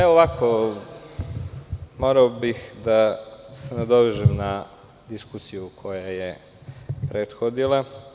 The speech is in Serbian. Evo ovako, morao bih da se nadovežem na diskusiju koja je prethodila.